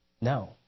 No